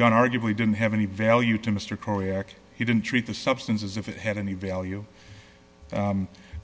gun arguably didn't have any value to mr corey act he didn't treat the substance as if it had any value